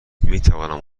میتوانم